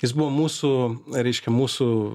jis buvo mūsų reiškia mūsų